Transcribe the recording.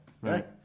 Right